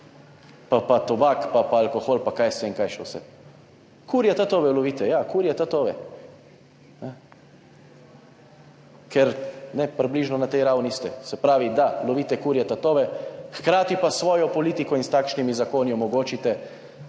pa tobak pa alkohol pa kaj jaz vem, kaj še vse. Kurje tatove lovite. Ja, kurje tatove. Približno na tej ravni ste, se pravi da lovite kurje tatove, hkrati pa s svojo politiko in s takšnimi zakoni omogočite,